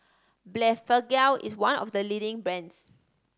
Blephagel is one of the leading brands